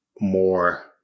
more